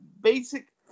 basic